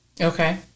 Okay